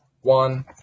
One